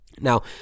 Now